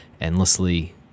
endlessly